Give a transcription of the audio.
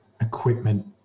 equipment